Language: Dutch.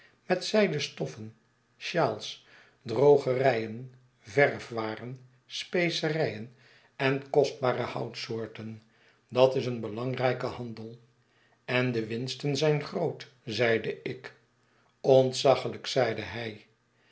met zijden stoffen shawls drogerijen verfwaren speceryen en kostbare houtsoorten dat is een belangrijke handel en de winsten zijn groot zeide ik ontzaglijk zeide hij